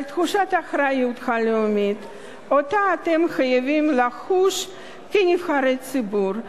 אל תחושת האחריות הלאומית שאתם חייבים לחוש כנבחרי ציבור,